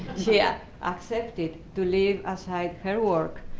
she yeah accepted to leave aside her work.